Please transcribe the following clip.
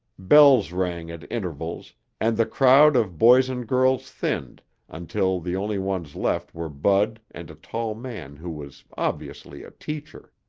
bells rang at intervals and the crowd of boys and girls thinned until the only ones left were bud and a tall man who was obviously a teacher.